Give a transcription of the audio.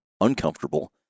uncomfortable